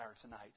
tonight